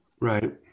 Right